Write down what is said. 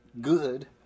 good